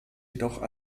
jedoch